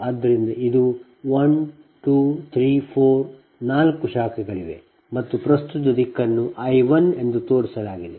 ಆದ್ದರಿಂದ ಇದು 1 2 3 4 4 ಶಾಖೆಗಳಿವೆ ಮತ್ತು ಪ್ರಸ್ತುತ ದಿಕ್ಕನ್ನು I 1 ಎಂದು ತೋರಿಸಲಾಗಿದೆ